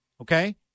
Okay